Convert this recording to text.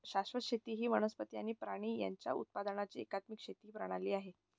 शाश्वत शेती ही वनस्पती आणि प्राणी यांच्या उत्पादनाची एकात्मिक शेती प्रणाली आहे